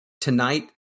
Tonight